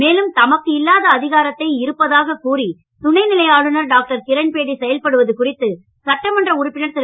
மேலும் தமக்கு இல்லாத அதிகாரத்தை இருப்பதாக கூறி துணைநிலை ஆளுநர் டாக்டர் கிரண் பேடி செயல்படுவது குறித்து சட்டமன்ற உறுப்பினர் திரு